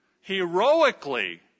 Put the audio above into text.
heroically